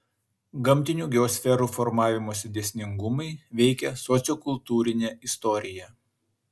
gamtinių geosferų formavimosi dėsningumai veikia sociokultūrinę istoriją